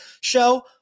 show